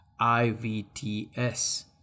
IVTS